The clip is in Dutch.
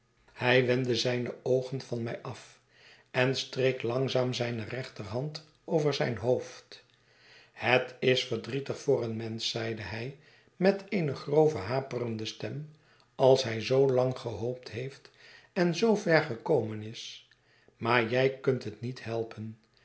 hij wendde zijne oogen van mij af en streek langzaam zijne rechterhand over zijn hoofd het is verdrietig voor een mensch zeide hij met eene grove haperende stem als hij zoo lang gehoopt heeft en zoo ver gekomen is maar jij kunt het niet helpen